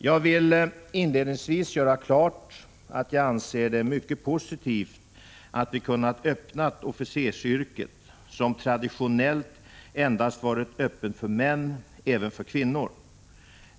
Jag vill inledningsvis göra klart att jag anser det mycket positivt att vi kunnat öppna officersyrket, som traditionellt endast varit öppet för män, även för kvinnor.